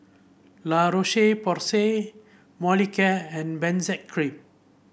La Roche Porsay Molicare and Benzac Cream